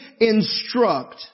instruct